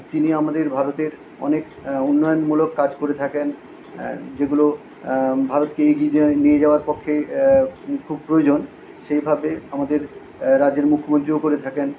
তিনি আমাদের ভারতের অনেক উন্নয়নমূলক কাজ করে থাকেন যেগুলো ভারতকে এগিয়ে দিয়ে নিয়ে যাওয়ার পক্ষে খুব প্রয়োজন সেইভাবে আমাদের রাজ্যের মুখ্যমন্ত্রীও করে থাকেন